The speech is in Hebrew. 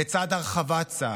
לצד הרחבת צה"ל,